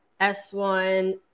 S1